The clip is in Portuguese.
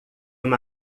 uma